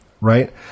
right